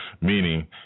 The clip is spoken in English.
Meaning